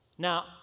Now